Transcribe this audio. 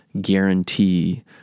guarantee